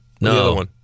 No